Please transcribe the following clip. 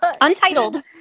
untitled